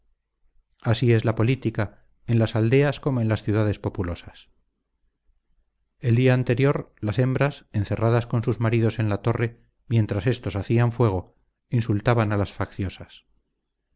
así es la política en las aldeas como en las ciudades populosas el día anterior las hembras encerradas con sus maridos en la torre mientras éstos hacían fuego insultaban a las facciosas